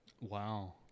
Wow